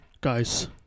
Guys